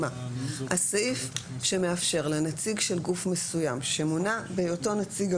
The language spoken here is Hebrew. הסעיף שמאפשר לנציג של גוף מסוים שמונה בהיותו נציג הגוף,